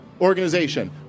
organization